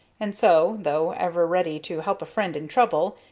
and so, though ever ready to help a friend in trouble,